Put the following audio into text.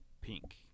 Pink